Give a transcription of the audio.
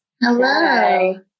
Hello